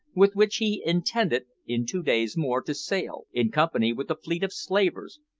with which he intended, in two days more, to sail, in company with a fleet of slavers,